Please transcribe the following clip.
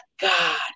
God